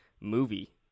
movie